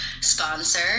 Sponsor